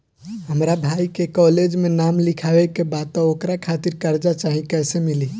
हमरा भाई के कॉलेज मे नाम लिखावे के बा त ओकरा खातिर कर्जा चाही कैसे मिली?